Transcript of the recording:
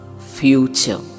future